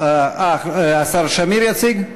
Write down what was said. השר שמיר יציג?